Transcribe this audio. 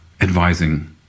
advising